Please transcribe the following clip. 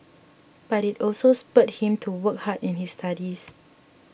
but it also spurred him to work hard in his studies